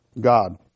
God